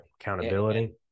accountability